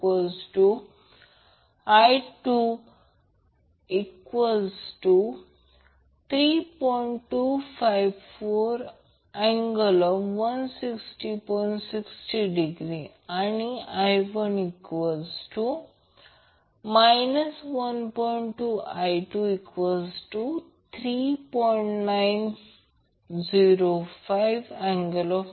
तर जर तसे केले तर Q हा 1ωCR होईल याचा अर्थ इंडक्टीव सर्किटसाठी क्वालिटी फॅक्टर हे Q L ω R आहे आणि कॅपेसिटिव्ह सर्किटसाठी Q 1ω C R आहे